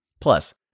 Plus